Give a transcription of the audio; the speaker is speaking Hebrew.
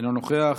אינו נוכח,